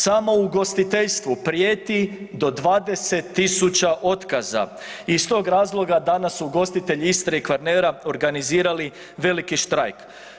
Samo u ugostiteljstvu prijeti do 20 000 otkaza i iz tog razloga danas su ugostitelji Istre i Kvarnera organizirali veliki štrajk.